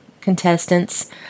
contestants